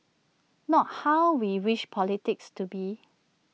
not how we wish politics to be